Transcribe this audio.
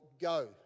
go